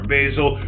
Basil